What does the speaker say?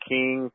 King